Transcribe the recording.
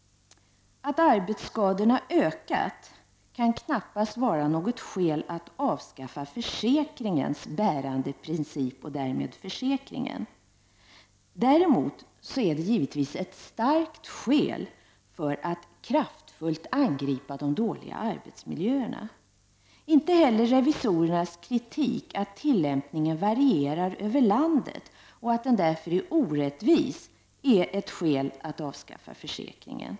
Att arbetsskadorna har ökat kan knappast vara ett skäl för att avskaffa försäkringens bärande princip och därmed försäkringen. Däremot är det givetvis ett starkt skäl för att kraftfullt angripa de dåliga arbetsmiljöerna. Inte heller revisorernas kritik, att tillämpningen varierar över landet och att den därför är orättvis, är ett skäl för att avskaffa försäkringen.